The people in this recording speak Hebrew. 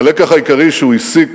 הלקח העיקרי שהוא הסיק